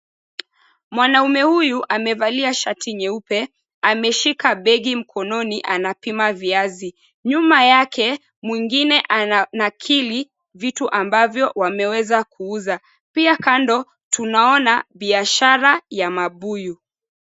Mwanaume huyu amevalia shati nyeupe, ameshika begi mkononi anapima viazi. Nyuma yake mwingine ananakili vile ambavyo wameweza kuuza. Pia kando tunaona biashara ya mabuyu.